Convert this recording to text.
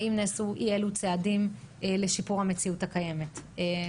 האם נעשו אי אלו צעדים לשיפור המציאות הקיימת.